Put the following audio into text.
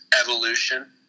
Evolution